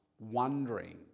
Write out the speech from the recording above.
wondering